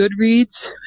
Goodreads